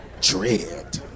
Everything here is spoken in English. Dread